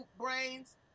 brains